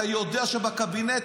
אתה יודע שבקבינט,